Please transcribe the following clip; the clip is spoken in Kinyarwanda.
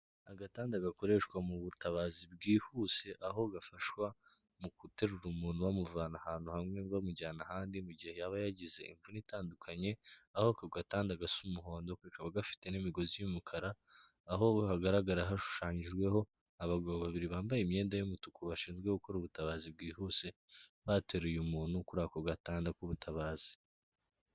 Agatanda gakoreshwa mu butabazi bwihuse, aho gafashwa mu guterura umuntu bamuvana ahantu hamwe bamujyana ahandi, mu gihe yaba yagize imvune itandukanye, aho ako gatanda gasa umuhondo kakaba gafite n'imigozi y'umukara, aho hagaragara hashushanyijweho abagabo babiri bambaye imyenda y'umutuku bashinzwe gukora ubutabazi bwihuse, bateruye umuntu kuri ako gatanda k'ubutabazi.